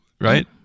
right